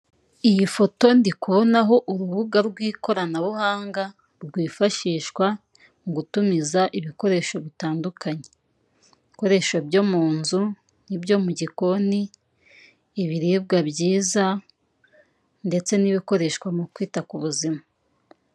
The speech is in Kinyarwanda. Iyi foto ndikubonaho urubuga rw'ikoranabuhanga rwifashishwa mu gutumiza ibikoresho bitandukanye. Ibikoresho byo mu nzu n'ibyo mu gikoni, ibiribwa byiza ndetse n'ibikoreshwa mu kwita ku buzima.